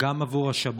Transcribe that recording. גם בעבור השבת,